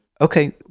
Okay